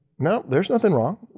no there's nothing wrong.